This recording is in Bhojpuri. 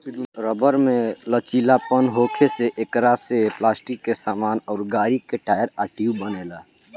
रबर में लचीलापन होखे से एकरा से पलास्टिक के सामान अउर गाड़ी के टायर आ ट्यूब बनेला